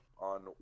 on